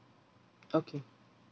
okay